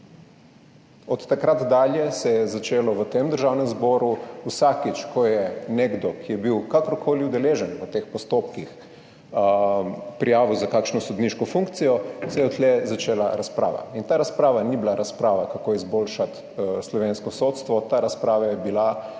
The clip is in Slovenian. Od takrat dalje se je začela razprava v Državnem zboru vsakič, ko se je nekdo, ki je bil kakorkoli udeležen v teh postopkih, prijavil za kakšno sodniško funkcijo. Ta razprava ni bila razprava, kako izboljšati slovensko sodstvo, ta razprava je bila,